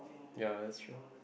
ya that's true